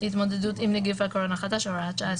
להתמודדות עם נגיף הקורונה החדש (הוראת שעה),